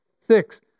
Six